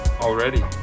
already